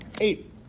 Eight